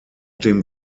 dem